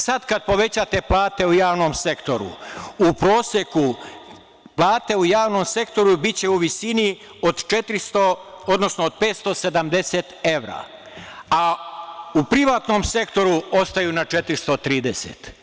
Sad kad povećate plate u javnom sektoru, u proseku, plate u javnom sektoru biće u visini od 570 evra, a u privatnom sektoru ostaju na 430.